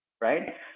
right